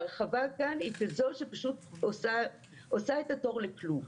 ההרחבה כאן היא כזו שפשוט עושה את התור לכלום.